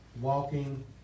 walking